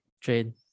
Trade